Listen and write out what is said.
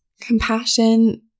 Compassion